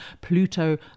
Pluto